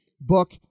book